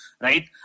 right